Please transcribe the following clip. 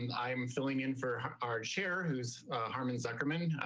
and i'm filling in for our chair, who's harmon zuckerman,